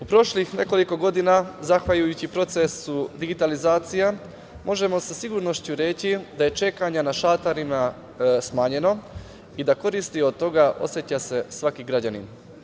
U prošlih nekoliko godina zahvaljujući procesu digitalizacije možemo sa sigurnošću reći da je čekanje na šalterima smanjeno i da korist od toga oseća svaki građanin.